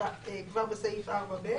כבר בסעיף 4(ב).